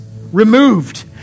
removed